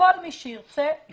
וכל מי שירצה, יפתח אותם.